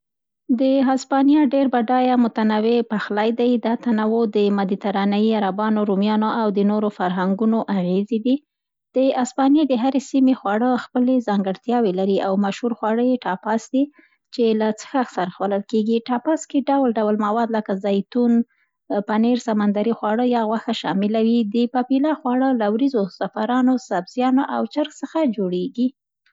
د اسپانیا ډېر بډایه، متنوع پخلی دی. دا تنوع د مدیترانې، عربانو، رومیانو او د نورو فرهنګونو اغېزې دي. د اسپانیې د هرې سېمې خواړه خپلې ځانګړتیاوې لري او مشهور خواړه یې ټاپاس دي، چي له څښاک سره خوړل کېږي. ټاپاس کې ډول ډول مواد، لکه: زیتون، پنیر، سمندري خواړه یا غوښه شامله وي. د پاپیلا خواړه له وریځو، زعفرانو، سبزیانو او چرګ څخه جوړیږي.